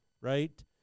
right